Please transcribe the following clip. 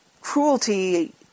cruelty